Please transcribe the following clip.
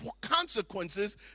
consequences